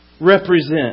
represent